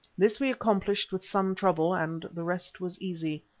this we accomplished with some trouble, and the rest was easy.